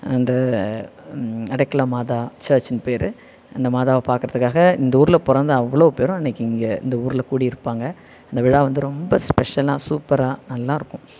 அந்த அடைக்கல மாதா சர்ச்சுன்னு பேர் அந்த மாதாவை பார்க்கறதுக்காக இந்த ஊரில் பிறந்த அவ்வளோ பேரும் அன்னைக்கு இங்கே இந்த ஊரில் கூடி இருப்பாங்க இந்த விழா வந்து ரொம்ப ஸ்பெஷலாக சூப்பராக நல்லாயிருக்கும்